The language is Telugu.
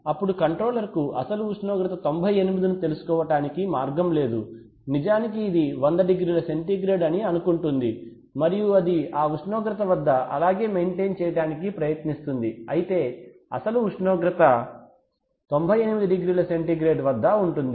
అప్పుడు కంట్రోలర్ కు అసలు ఉష్ణోగ్రత 98 ను తెలుసుకోవటానికి మార్గం లేదు ఇది నిజానికి ఇది వంద డిగ్రీల సెంటీగ్రేడ్ అని అనుకుంటుంది మరియు అది ఆ ఉష్ణోగ్రత వద్ద అలాగే మెయింటెయిన్ చేయటానికి ప్రయత్నిస్తుంది అయితే అసలు ఉష్ణోగ్రత 98 డిగ్రీల సెంటీగ్రేడ్ వద్ద ఉంటుంది